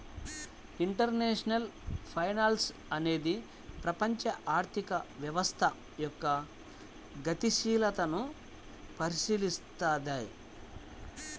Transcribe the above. international finance అనేది ప్రపంచ ఆర్థిక వ్యవస్థ యొక్క గతిశీలతను పరిశీలిత్తది